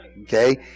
Okay